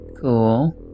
cool